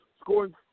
scoring